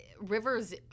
River's